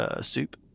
Soup